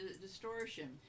distortion